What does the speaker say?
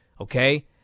okay